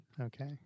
Okay